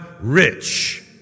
rich